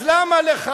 אז למה לך?